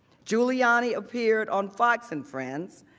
giuliani appeared on fox and friends,